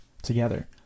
together